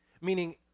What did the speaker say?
Meaning